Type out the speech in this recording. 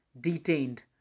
detained